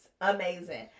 amazing